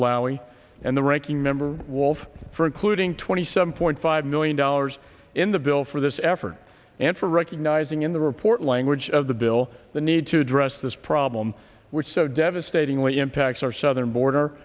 lally and the ranking member walt for including twenty seven point five million dollars in the bill for this effort and for recognizing in the report language of the bill the need to address this problem which so devastatingly impacts our southern border